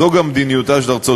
זו גם מדיניותה של ארצות-הברית,